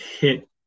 hit